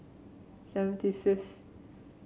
seventy fifth